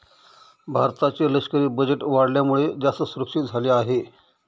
भारताचे लष्करी बजेट वाढल्यामुळे, जास्त सुरक्षित झाले आहे